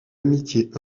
amitié